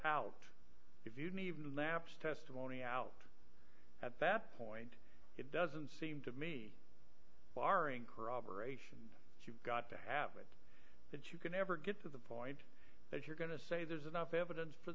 out if you need lapse testimony out at that point it doesn't seem to me barring corroboration you've got to have it but you could never get to the point that you're going to say there's enough evidence for